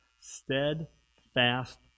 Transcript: steadfast